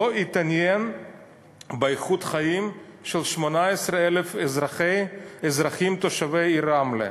לא התעניין באיכות החיים של 18,000 אזרחים תושבי העיר רמלה,